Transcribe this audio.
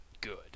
good